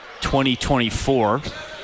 2024